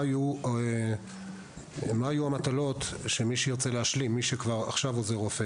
מה יהיו המטלות של מי שהוא כבר עכשיו עוזר רופא